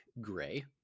gray